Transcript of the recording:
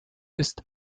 ist